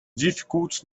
difficult